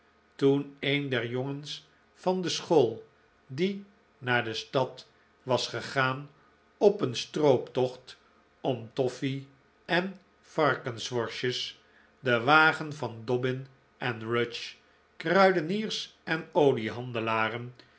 toen een der jongens van school die naar de stad was gegaan op een strooptocht om toffee en varkensworstjes den wagen van dobbin en rudge kruideniers en oliehandelaren